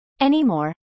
anymore